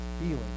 feeling